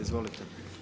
Izvolite.